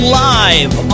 live